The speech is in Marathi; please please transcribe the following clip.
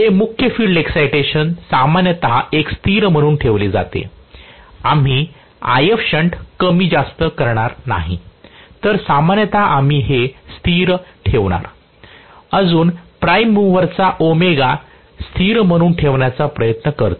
ते मुख्य फिल्ड एक्साईटेशन सामान्यत एक स्थिर म्हणून ठेवले जाते आम्ही IF शंट कमी जास्त करणार नाही तर सामान्यत आम्ही हे स्थिर ठेवणार अजून प्राइम मूवरचा ओमेगा स्थिर म्हणून ठेवण्याचा प्रयत्न करतो